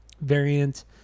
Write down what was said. variant